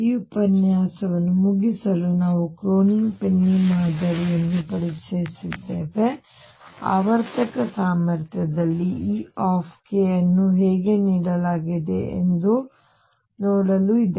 ಆದ್ದರಿಂದ ಈ ಉಪನ್ಯಾಸವನ್ನು ಮುಗಿಸಲು ನಾವು ಕ್ರೋನಿಗ್ ಪೆನ್ನಿ ಮಾದರಿಯನ್ನು ಪರಿಚಯಿಸಿದ್ದೇವೆ ಆವರ್ತಕ ಸಾಮರ್ಥ್ಯದಲ್ಲಿ E ಅನ್ನು ಹೇಗೆ ನೀಡಲಾಗಿದೆ ಎಂದು ನೋಡಲು ಇದೆ